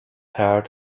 herd